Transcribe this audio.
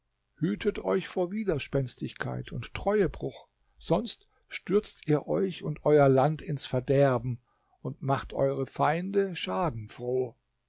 hütet euch vor widerspenstigkeit und treuebruch sonst stürzt ihr euch und euer land ins verderben und macht eure feinde schadenfroh